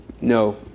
No